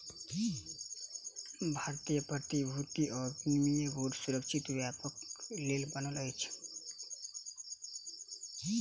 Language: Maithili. भारतीय प्रतिभूति आ विनिमय बोर्ड सुरक्षित व्यापारक लेल बनल अछि